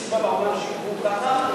אין שום סיבה בעולם שיגבו ככה.